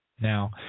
Now